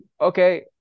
Okay